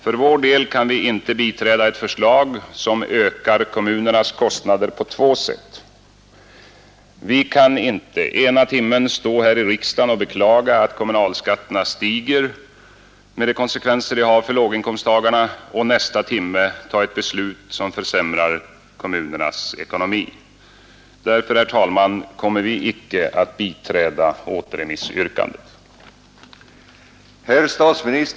För vår del kan vi inte biträda ett förslag som ökar kommunernas kostnader på två sätt. Vi kan inte ena timmen stå här i riksdagen och beklaga att kommunalskatterna stiger, med de konsekvenser detta har för låginkomsttagarna, och nästa timme ta ett beslut som försämrar kommunernas ekonomi. Därför, herr talman, kommer vi icke att biträda återremissyrkandet.